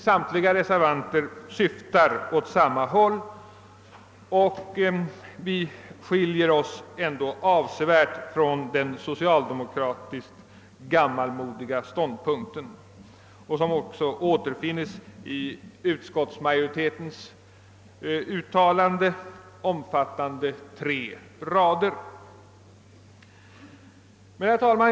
Samtliga reservanter syftar emellertid som sagt i stort sett åt samma håll, och vårt ställningstagande skiljer sig ändå avsevärt från den socialdemokratiska, gammalmodiga ståndpunkten, som också utskottsmajoriteten intar i sitt uttalande, omfattande tre rader. Herr talman!